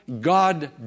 God